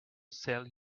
sell